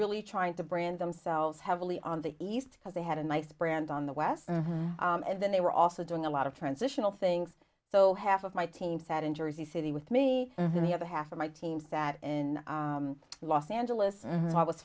really trying to brand themselves heavily on the east because they had a nice brand on the west and then they were also doing a lot of transitional things so half of my team sat in jersey city with me and the other half of my team sat in los angeles and i was